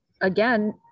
again